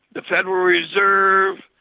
the federal reserve,